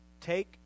take